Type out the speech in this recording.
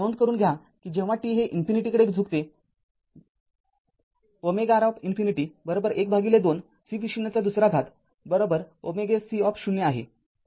नोंद करून घ्या किजेव्हा t हे इन्फिनिटी कडे झुकतेωR∞ १२ C v0 २ ωc आहे